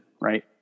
right